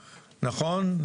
נכון,